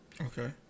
Okay